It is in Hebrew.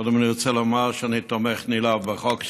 קודם כול, אני רוצה לומר שאני תומך נלהב בחוק שלך.